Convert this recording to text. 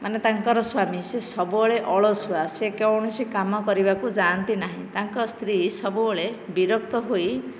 ମାନେ ତାଙ୍କର ସ୍ୱାମୀ ସେ ସବୁବେଳେ ଅଳସୁଆ ସେ କୌଣସି କାମ କରିବାକୁ ଯାଆନ୍ତି ନାହିଁ ତାଙ୍କ ସ୍ତ୍ରୀ ସବୁବେଳେ ବିରକ୍ତ ହୋଇ